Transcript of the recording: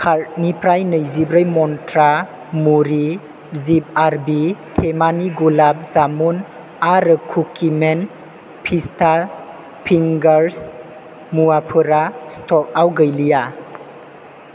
कार्टनिफ्राय नैजिब्रै मन्त्रा मुरि जिब आरबि थेमानि गुलाब जामुन आरो कुकिमेन पिस्ता फिंगार्स मुवाफोरा स्ट'काव गैलिया